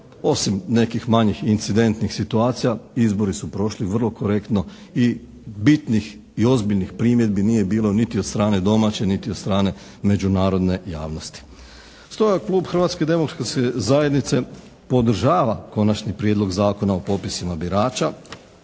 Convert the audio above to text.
osim nekih manjih incidentnih situacija, izbori su prošli vrlo korektno i bitnih i ozbiljnih primjedbi nije bilo niti od strane domaće niti od strane međunarodne javnosti. Stoga kluba Hrvatske demokratske zajednice podržava Konačni prijedlog Zakona o popisima birača.